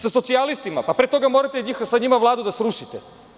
Sa socijalistima, pa pre toga morate sa njima Vladu da srušite.